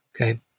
Okay